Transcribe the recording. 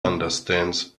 understands